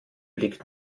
liegt